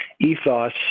ethos